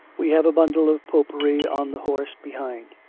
we have a bundle of popery on the horse behind!